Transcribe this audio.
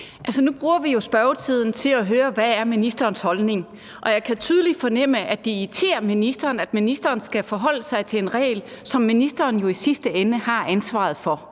Nu bruger vi jo spørgetiden til at høre, hvad ministerens holdning er, og jeg kan tydeligt fornemme, at det irriterer ministeren, at ministeren skal forholde sig til en regel, som ministeren jo i sidste ende har ansvaret for.